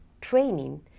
training